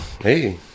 Hey